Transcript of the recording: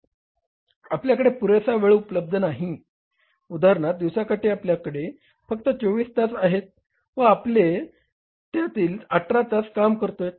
आपल्याकडे पुरेसा वेळ उपलब्ध नाही उदाहरणार्थ दिवसाकाठी आपल्याकडे फक्त 24 तास आहेत व आपण त्यातील फक्त 18 तास काम करतोत